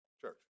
church